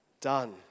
done